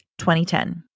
2010